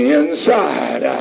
inside